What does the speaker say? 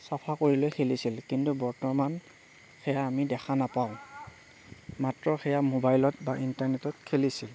চাফা কৰিলৈ খেলিছিল কিন্তু বৰ্তমান সেয়া আমি দেখা নাপাওঁ মাত্ৰ সেয়া মোবাইলত বা ইণ্টাৰনেটত খেলিছিল